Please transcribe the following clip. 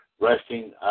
resting